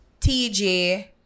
TJ